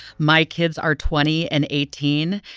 my kids are twenty and eighteen.